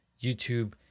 YouTube